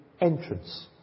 entrance